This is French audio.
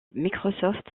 microsoft